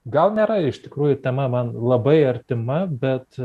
gal nėra iš tikrųjų tema man labai artima bet